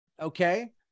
okay